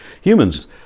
Humans